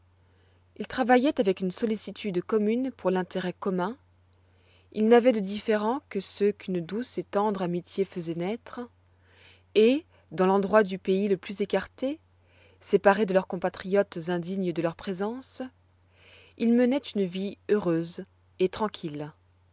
ils travailloient avec une sollicitude commune pour l'intérêt commun ils n'avoient de différends que ceux qu'une douce et tendre amitié faisoit naître et dans l'endroit du pays le plus écarté séparés de leurs compatriotes indignes de leur présence ils menoient une vie heureuse et tranquille